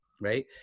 right